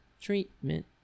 treatment